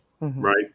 right